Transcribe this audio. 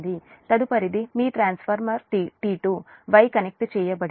తదుపరిది మీ transformer T2 Y connect చేయబడింది